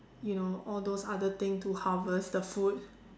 you know all those other thing to harvest the food